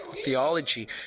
theology